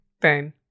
boom